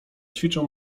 ćwiczę